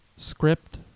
script